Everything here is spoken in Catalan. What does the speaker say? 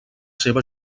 seva